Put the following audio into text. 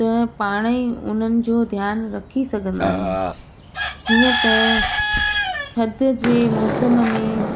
त पाणई उन्हनि जो ध्यानु रखी सघंदा आहियूं जीअं त थधि जे मौसम में